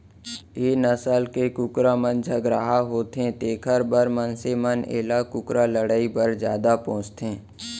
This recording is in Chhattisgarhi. ए नसल के कुकरा मन झगरहा होथे तेकर बर मनसे मन एला कुकरा लड़ई बर जादा पोसथें